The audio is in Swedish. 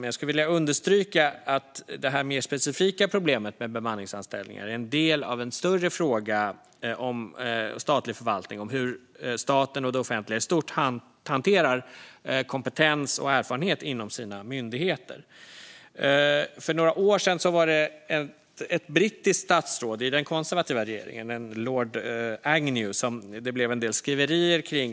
Jag skulle vilja understryka att det här mer specifika problemet med bemanningsanställningar är en del av en större fråga om statlig förvaltning och om hur staten och det offentliga i stort hanterar kompetens och erfarenhet inom sina myndigheter. För några år sedan blev det en del skriverier om ett brittiskt statsråd i den konservativa regeringen, en lord Agnew.